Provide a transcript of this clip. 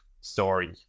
story